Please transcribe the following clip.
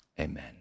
amen